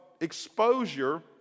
exposure